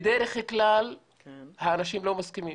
בדרך כלל האנשים לא מסכימים